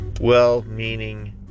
well-meaning